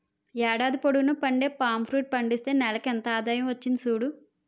ఏడాది పొడువునా పండే పామ్ ఫ్రూట్ పండిస్తే నెలకింత ఆదాయం వచ్చింది సూడు